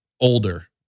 older